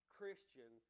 Christian